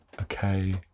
Okay